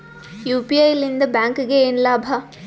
UPI ಲಿಂದ ಬ್ಯಾಂಕ್ಗೆ ಏನ್ ಲಾಭ?